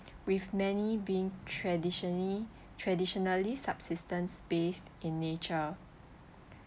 with many being traditionally traditionally subsistence based in nature